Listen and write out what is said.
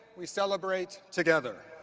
we celebrate together.